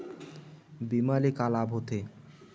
बीमा ले का लाभ होथे?